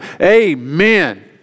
amen